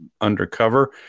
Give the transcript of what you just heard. undercover